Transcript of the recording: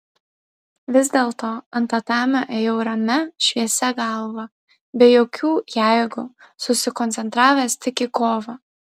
vis dėlto ant tatamio ėjau ramia šviesia galva be jokių jeigu susikoncentravęs tik į kovą